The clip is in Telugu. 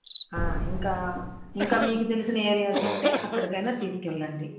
ఇంకా ఇంకా మీకు తెలిసిన ఏరియాస్ ఉంటే అక్కడికైనా తీసుకెళ్ళండి